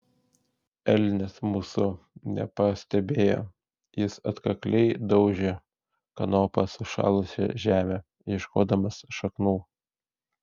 elnias mūsų nepastebėjo jis atkakliai daužė kanopa sušalusią žemę ieškodamas šaknų